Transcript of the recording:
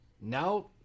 Now